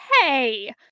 Hey